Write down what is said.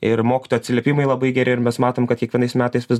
ir mokytojų atsiliepimai labai geri ir mes matom kad kiekvienais metais vis